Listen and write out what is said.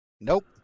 Nope